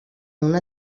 una